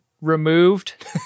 Removed